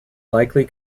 likely